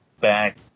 back